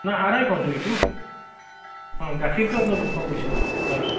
নাই আঢ়ৈশ দুইটো অঁ গাখীৰটো আপোনাক দুশ কৈছো মই হয়